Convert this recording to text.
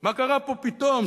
מה קרה פה פתאום?